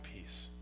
peace